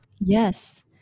Yes